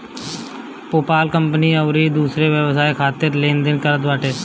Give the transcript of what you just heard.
PayPal company अउरी दूसर व्यवसाय खातिर लेन देन करत बाटे